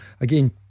again